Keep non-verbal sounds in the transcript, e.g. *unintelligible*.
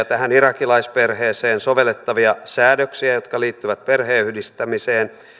*unintelligible* tähän irakilaisperheeseen sovellettavia säädöksiä jotka liittyvät perheenyhdistämiseen